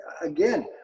again